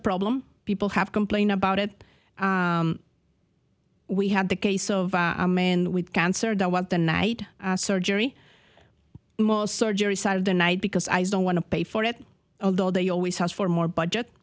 problem people have complained about it we had the case of a man with cancer didn't want the night surgery surgery side of the night because i don't want to pay for it although they always has four more budget